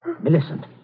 Millicent